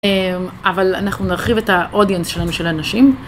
אבל אנחנו נרחיב את האודיאנס שלנו של האנשים.